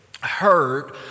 heard